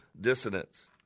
dissonance